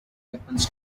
happens